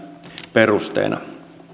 perusteena